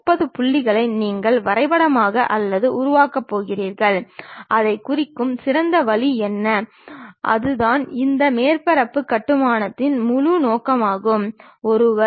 இப்போது மற்றொரு துணை தளத்தை வரைய வேண்டுமானால் உதாரணமாக படத்தில் காட்டியுள்ளவாறு ஜாமென்ட்ரி பாக்ஸ் எடுத்துக் கொள்க அது கிடைமட்ட தளத்துடன் 90° கோணத்தில் உள்ளது